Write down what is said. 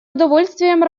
удовольствием